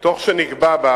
ונקבע בה